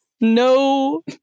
No